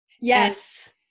Yes